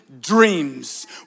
dreams